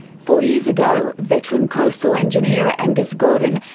four years ago veteran coastal engineer, angus gordon,